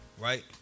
right